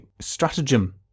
stratagem